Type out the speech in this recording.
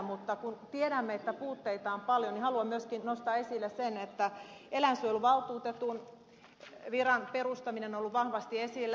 mutta kun tiedämme että puutteita on paljon niin haluan myöskin nostaa esille sen että eläinsuojeluvaltuutetun viran perustaminen on ollut vahvasti esillä